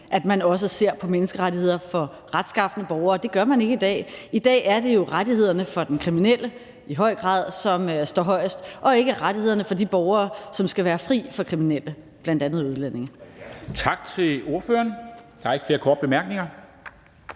at man også ser på menneskerettigheder for retskafne borgere. Det gør man ikke i dag. I dag er det jo i høj grad rettighederne for den kriminelle, som står højest, og ikke rettighederne for de borgere, som skal være fri for kriminelle, bl.a. udlændinge. Kl. 13:23 Formanden (Henrik Dam Kristensen):